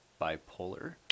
bipolar